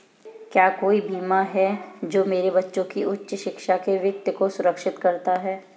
क्या कोई बीमा है जो मेरे बच्चों की उच्च शिक्षा के वित्त को सुरक्षित करता है?